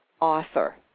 Author